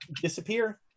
disappear